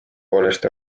poolest